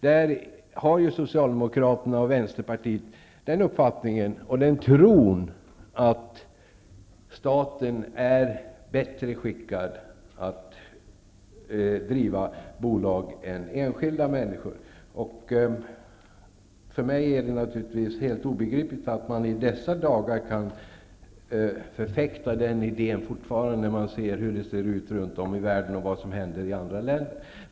Där har Socialdemokraterna och Vänsterpartiet den uppfattningen och tron att staten är bättre skickad att driva bolag än enskilda människor. För mig är det helt obegripligt hur man i dessa dagar fortfarande kan förfäkta denna idé, när man ser hur det ser ut runt om i världen och ser vad som händer i andra länder.